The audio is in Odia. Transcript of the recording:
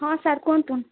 ହଁ ସାର୍ କୁହନ୍ତୁ